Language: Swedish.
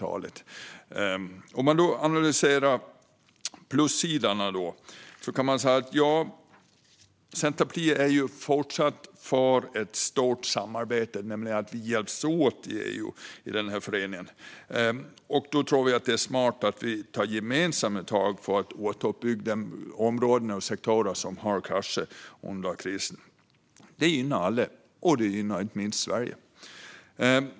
Om man sedan analyserar plussidorna kan man säga att Centerpartiet fortsatt är för ett stort samarbete som innebär att vi hjälps åt i EU, den här föreningen. Då tror vi att det är smart att vi tar gemensamma tag för att återuppbygga områden och sektorer som har kraschat under krisen. Det gynnar alla, och det gynnar inte minst Sverige.